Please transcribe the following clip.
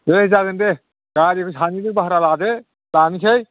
दे जागोन दे गारिखौ सानैजों भारा लादो लांनिसै